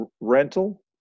rental